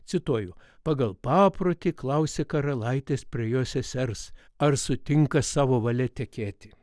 cituoju pagal paprotį klausė karalaitis prie jo sesers ar sutinka savo valia tekėti